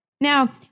Now